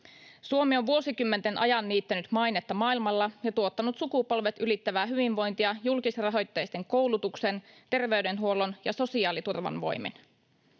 Suomi on vuosikymmenten ajan niittänyt mainetta maailmalla ja tuottanut sukupolvet ylittävää hyvinvointia julkisrahoitteisten koulutuksen, terveydenhuollon ja sosiaaliturvan voimin.